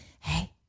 hey